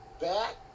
back